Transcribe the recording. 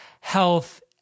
health